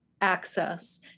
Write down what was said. access